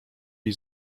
jej